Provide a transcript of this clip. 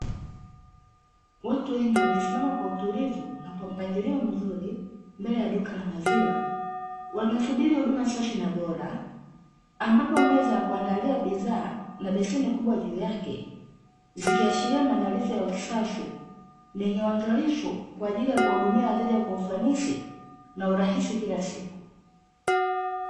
Watu wengi wamesimama kwa utulivu na kwa mpangilio mzuri mbele ya duka la maziwa. Wanasubiri huduma safi na bora, ambapo meza ya kuandalia bidhaa na beseni kubwa juu yake, zikiashiria maandalizi ya usafi na yenye uangalifu kwa ajili ya kuwahudumia wateja kwa ufanisi na urahisi kila siku.